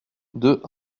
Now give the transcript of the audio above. deux